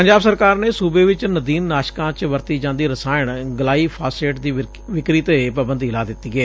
ਪੰਜਾਬ ਸਰਕਾਰ ਨੇ ਸੂਬੇ ਚ ਨਦੀਨ ਨਾਸ਼ਕਾਂ ਚ ਵਰਤੀ ਜਾਂਦੀ ਰਸਾਇਣ ਗਲਾਈ ਫੌਸੇਟ ਦੀ ਵਿਕਰੀ ਤੇ ਪਾਬੰਦੀ ਲਾ ਦਿੱਤੀ ਏ